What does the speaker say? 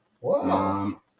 Wow